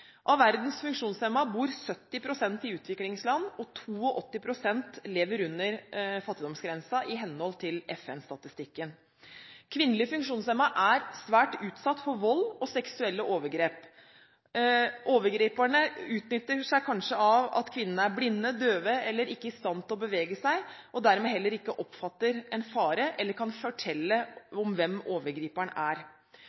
Av verdens funksjonshemmede bor 70 pst. i utviklingsland og 82 pst. lever under fattigdomsgrensen, i henhold til FNs statistikk. Kvinnelige funksjonshemmede er svært utsatt for vold og seksuelle overgrep. Overgriperne utnytter kanskje at kvinnene er blinde, døve eller ikke i stand til å bevege seg, og dermed heller ikke oppfatter en fare eller kan fortelle